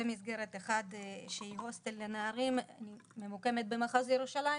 ומסגרת אחת שהיא הוסטל לנערים ממוקמת במחוז ירושלים.